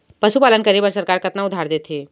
पशुपालन करे बर सरकार कतना उधार देथे?